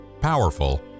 powerful